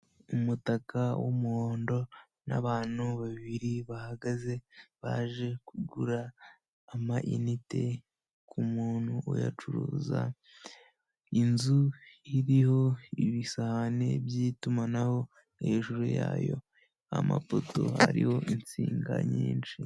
Umutaka w'umuhondo n'abantu babiri bahagaze. Baje kugura ama inite ku muntu uyacuruza. Inzu iriho ibisahane by'itumanaho hejuru yayo, amapoto ariho insinga nyinshi.